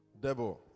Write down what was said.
Debo